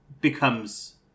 becomes